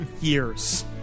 years